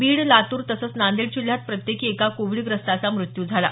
बीड लातूर तसंच नांदेड जिल्ह्यात प्रत्येकी एका कोविडग्रस्ताचा मृत्यू झाला